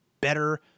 better